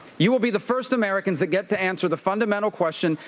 you will be the first americans that get to answer the fundamental question,